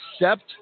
accept